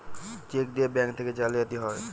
check দিয়ে bank থেকে জালিয়াতি হয়